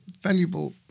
valuable